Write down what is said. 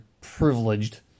privileged